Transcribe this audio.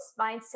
mindset